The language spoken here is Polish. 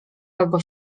albo